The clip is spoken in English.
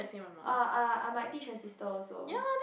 err ah I might teach her sister also